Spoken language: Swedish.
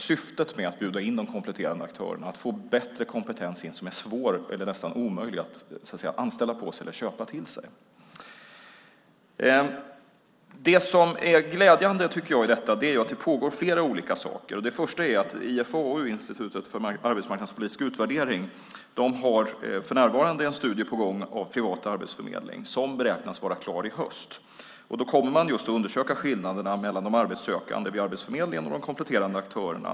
Syftet med att bjuda in de kompletterande aktörerna är att få in bättre kompetens som är svår eller nästan omöjlig att anställa eller köpa till sig. Det som är glädjande i detta är att det pågår flera olika saker. Det första är att IFAU, Institutet för arbetsmarknadspolitisk utvärdering, för närvarande har en studie på gång av privat arbetsförmedling som beräknas vara klar i höst. Man kommer just att undersöka skillnaderna mellan de arbetssökande vid Arbetsförmedlingen och hos de kompletterande aktörerna.